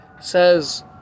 says